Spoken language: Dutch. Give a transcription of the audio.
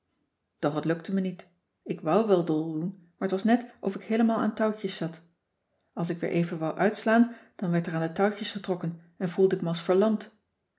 doch t lukte me niet ik wou wel dol doen maar t was net of ik heelemaal aan touwtjes zat als ik weer even wou uitslaan dan werd er aan de touwtjes getrokken en voelde ik me als verlamd